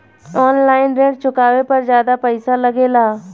आन line ऋण चुकावे पर ज्यादा पईसा लगेला?